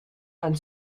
and